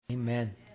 Amen